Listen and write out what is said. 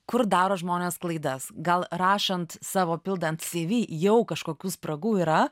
kur daro žmonės klaidas gal rašant savo pildant cv jau kažkokių spragų yra